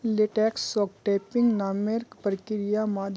लेटेक्सक टैपिंग नामेर प्रक्रियार माध्यम से जमा कराल जा छे